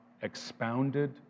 expounded